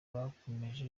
bakomeje